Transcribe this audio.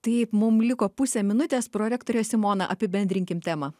taip mum liko pusė minutės prorektore simona apibendrinkim temą